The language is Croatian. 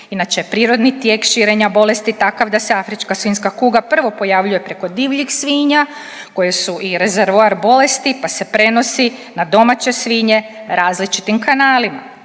Inače prirodni tijek širenja bolesti je takav da se afrička svinjska kuga prvo pojavljuje preko divljih svinja koje su i rezervoar bolesti pa se prenosi na domaće svinje različitim kanalima.